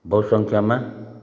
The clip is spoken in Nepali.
बहुसङ्ख्यामा